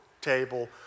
table